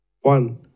One